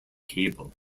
cable